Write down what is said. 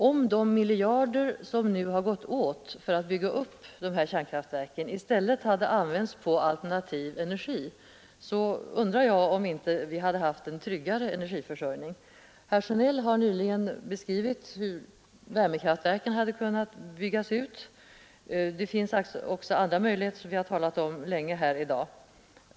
Om de miljarder som nu gått åt till att bygga upp dessa kärnkraftverk i stället hade använts på alternativ energi, undrar jag om vi inte hade haft en tryggare energiförsörjning. Herr Sjönell har nyligen beskrivit hur värmekraftverken hade kunnat byggas ut. Det finns också andra möjligheter som vi talat länge om tidigare i dag.